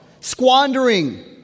squandering